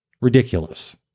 Ridiculous